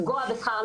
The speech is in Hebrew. ורוצים לפתור אותו.